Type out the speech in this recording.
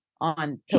on